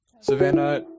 Savannah